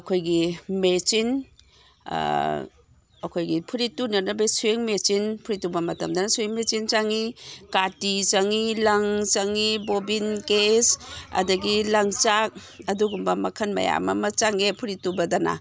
ꯑꯩꯈꯣꯏꯒꯤ ꯃꯦꯆꯤꯟ ꯑꯩꯈꯣꯏꯒꯤ ꯐꯨꯔꯤꯠ ꯇꯨꯅꯅꯕ ꯁ꯭ꯋꯤꯡ ꯃꯦꯆꯤꯟ ꯐꯨꯔꯤꯠ ꯇꯨꯕ ꯃꯇꯝꯗꯅ ꯁ꯭ꯋꯤꯡ ꯃꯦꯆꯤꯟ ꯆꯪꯏ ꯀꯥꯇꯤ ꯆꯪꯏ ꯂꯪ ꯆꯪꯏ ꯕꯣꯕꯤꯟ ꯀꯦꯖ ꯑꯗꯒꯤ ꯂꯪꯆꯥꯛ ꯑꯗꯨꯒꯨꯝꯕ ꯃꯈꯜ ꯃꯌꯥꯝ ꯑꯃ ꯆꯪꯉꯦ ꯐꯨꯔꯤꯠ ꯇꯨꯕꯗꯅ